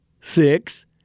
six